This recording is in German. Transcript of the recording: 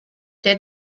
der